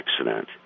accident